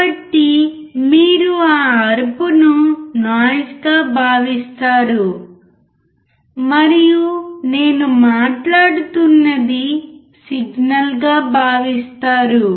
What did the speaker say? కాబట్టి మీరు ఆ అరుపును నాయిస్ గా భావిస్తారు మరియు నేను మాట్లాడుతున్నది సిగ్నల్గా భావిస్తారు